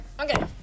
Okay